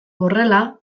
horrela